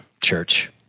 church